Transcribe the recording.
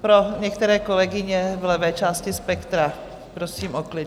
Pro některé kolegyně v levé části spektra prosím o klid.